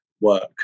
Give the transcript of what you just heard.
work